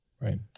Right